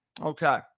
Okay